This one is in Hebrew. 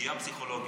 פגיעה פסיכולוגית,